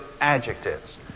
adjectives